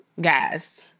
guys